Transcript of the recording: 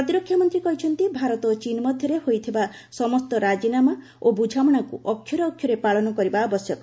ପ୍ରତିରକ୍ଷା ମନ୍ତ୍ରୀ କହିଛନ୍ତି ଭାରତ ଓ ଚୀନ୍ ମଧ୍ୟରେ ହୋଇଥିବା ସମସ୍ତ ରାଜିନାମା ଓ ବୁଝାମଣାକୁ ଅକ୍ଷରେ ଅକ୍ଷରେ ପାଳନ କରିବା ଆବଶ୍ୟକ